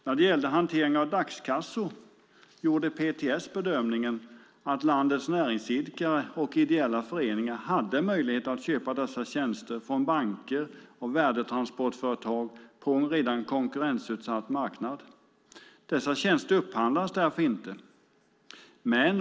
När det gäller hantering av dagskassor gjorde PTS bedömningen att landets näringsidkare och ideella föreningar hade möjlighet att köpa dessa tjänster från banker och värdetransportföretag på en redan konkurrensutsatt marknad. Dessa tjänster upphandlades därför inte.